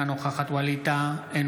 אינה נוכחת ווליד טאהא,